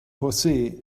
josé